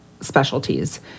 specialties